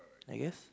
I guess